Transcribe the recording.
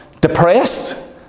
depressed